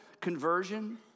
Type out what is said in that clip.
conversion